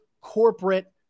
corporate